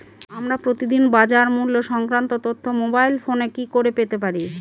আমরা প্রতিদিন বাজার মূল্য সংক্রান্ত তথ্য মোবাইল ফোনে কি করে পেতে পারি?